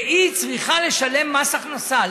והיא צריכה לשלם מס הכנסה,